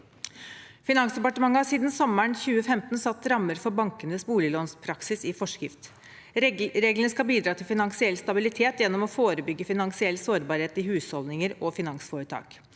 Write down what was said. Finansdepartementet har siden sommeren 2015 satt rammer for bankenes boliglånspraksis i forskrift. Reglene skal bidra til finansiell stabilitet gjennom å forebygge finansiell sårbarhet i husholdninger og finansforetak.